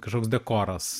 kažkoks dekoras